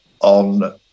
on